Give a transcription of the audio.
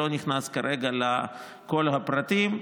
אני לא נכנס כרגע לכל הפרטים.